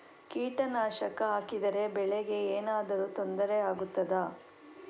ಕೀಟನಾಶಕ ಹಾಕಿದರೆ ಬೆಳೆಗೆ ಏನಾದರೂ ತೊಂದರೆ ಆಗುತ್ತದಾ?